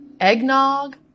Eggnog